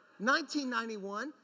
1991